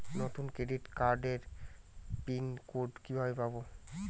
নতুন ক্রেডিট কার্ডের pin code কিভাবে পাব?